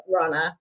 runner